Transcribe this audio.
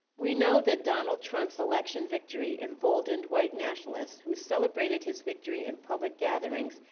we know that donald trump's election victory emboldened white nationalists who celebrated his victory in public gatherings,